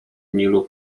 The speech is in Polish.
nilu